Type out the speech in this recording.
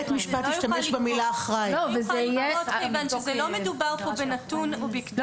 לא מדובר כאן בנתון אובייקטיבי.